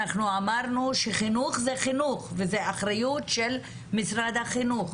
אנחנו אמרנו שחינוך זה חינוך וזה אחריות של משרד החינוך,